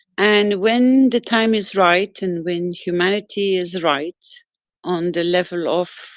and when the time is right, and when humanity is right on the level of.